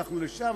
הלכנו לשם,